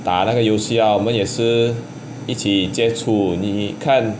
打那个游戏啊我们也是一起接触你看